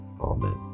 Amen